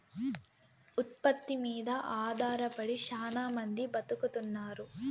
ఉత్పత్తి మీద ఆధారపడి శ్యానా మంది బతుకుతున్నారు